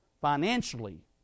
financially